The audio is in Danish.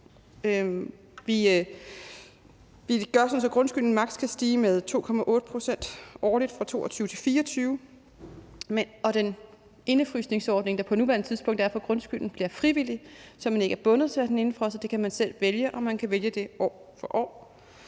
Vi gør sådan, at grundskylden maks. kan stige med 2,8 pct. årligt 2022-2024, og den indefrysningsordning, der på nuværende tidspunkt er for grundskylden, bliver frivillig, så man ikke er bundet til at have den indefrosset; det kan man selv vælge, og man kan vælge det år for år.